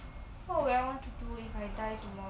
oh well what to do if I die tomorrow